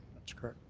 that's correct.